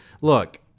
look